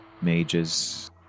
Mages